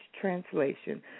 translation